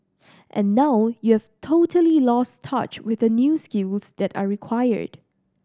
and now you've totally lost touch with the new skills that are required